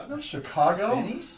Chicago